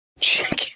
Chicken